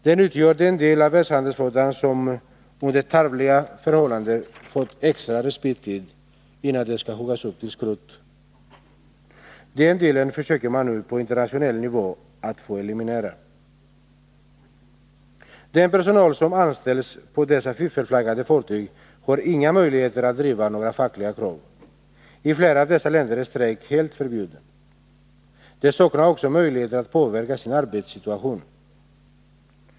Den utgör den del av världshandelsflottan som under tarvliga förhållanden har fått extra respittid innan den skall huggas upp till skrot. Den delen försöker man nu på internationell nivå att få eliminerad. Den personal som anställts på dessa fiffelflaggade fartyg har inga möjligheter att driva några fackliga krav —i flera av dessa länder är strejk helt förbjuden. Den saknar också möjligheter att påverka sin arbetssituation.